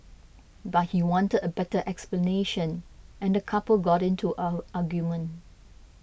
but he wanted a better explanation and the couple got into an argument